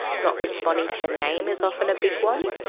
not responding to their name is often a big one.